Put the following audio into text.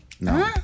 no